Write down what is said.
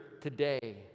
today